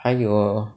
还有